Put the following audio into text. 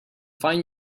fine